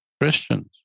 Christians